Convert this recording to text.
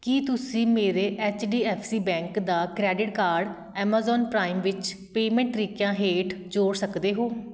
ਕੀ ਤੁਸੀਂਂ ਮੇਰੇ H D F C bank ਦਾ ਕ੍ਰੈਡਿਟ ਕਾਰਡ ਐਮਾਜ਼ੋਨ ਪ੍ਰਾਈਮ ਵਿੱਚ ਪੇਮੈਂਟ ਤਰੀਕਿਆਂ ਹੇਠ ਜੋੜ ਸਕਦੇ ਹੋ